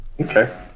Okay